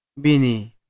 bini